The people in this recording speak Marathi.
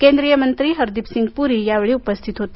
केंद्रीय मंत्री हरीदीप सिंग पुरी या वेळी उपस्थित होते